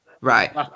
Right